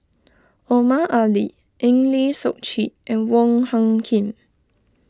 Omar Ali Eng Lee Seok Chee and Wong Hung Khim